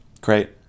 Great